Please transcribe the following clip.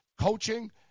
coaching